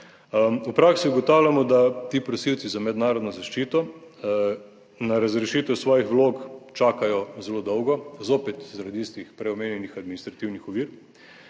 V praksi ugotavljamo, da ti prosilci za mednarodno zaščito na razrešitev svojih vlog čakajo zelo dolgo - zopet zaradi tistih prej omenjenih administrativnih ovir